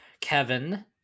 Kevin